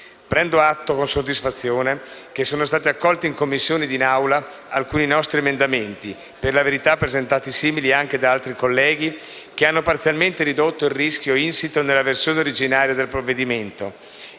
Prendo atto con soddisfazione che sono stati accolti sia in Commissione che in Assemblea alcuni nostri emendamenti, per la verità simili a quelli presentati da altri colleghi, che hanno parzialmente ridotto il rischio insito nella versione originaria del provvedimento.